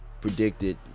predicted